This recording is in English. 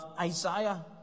Isaiah